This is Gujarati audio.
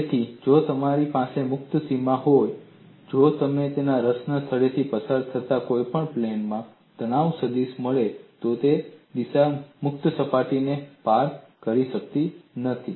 તેથી જો મારી પાસે મુક્ત સીમા હોય જો મને રસના સ્થળેથી પસાર થતા કોઈપણ પ્લેનનોમાં તણાવ સદીશ મળે તો તે દિશા મુક્ત સીમાને પાર કરી શકતી નથી